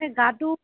গাটো